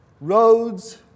Roads